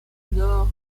nord